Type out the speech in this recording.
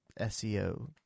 SEO